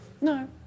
No